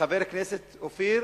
ומחבר הכנסת אופיר,